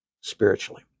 spiritually